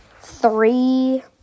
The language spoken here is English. three